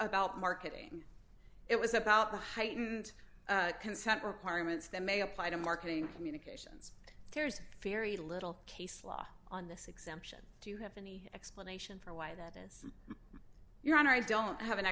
about marketing it was about the heightened consent requirements that may apply to marketing communications there's very little case law on this exemption do you have any explanation for why that this your honor i don't have an